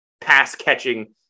pass-catching